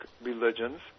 religions